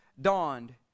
dawned